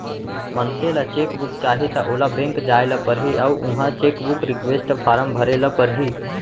मनसे ल cheque book चाही त ओला बेंक जाय ल परही अउ उहॉं चेकबूक रिक्वेस्ट फारम भरे ल परही